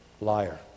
liar